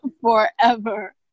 forever